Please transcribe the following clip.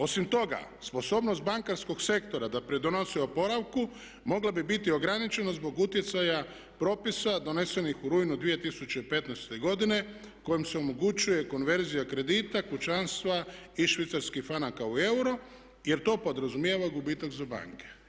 Osim toga sposobnost bankarskog sektora da pridonosi oporavku mogla bi biti ograničena zbog utjecaja propisa donesenih u rujnu 2015. godine kojima se omogućuje konverzija kredita kućanstva iz švicarskih franaka u euro jer to podrazumijeva gubitak za banke.